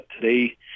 today